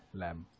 lamb